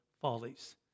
follies